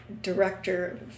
director